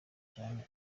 cyane